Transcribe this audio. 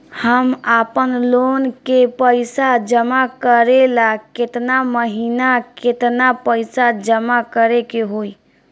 हम आपनलोन के पइसा जमा करेला केतना महीना केतना पइसा जमा करे के होई?